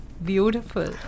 Beautiful